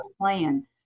plan